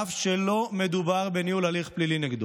אף שלא מדובר בניהול הליך פלילי נגדו.